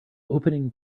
opening